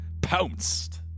pounced